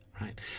right